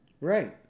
Right